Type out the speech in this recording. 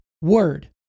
word